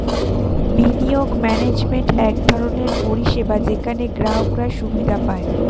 বিনিয়োগ ম্যানেজমেন্ট এক ধরনের পরিষেবা যেখানে গ্রাহকরা সুবিধা পায়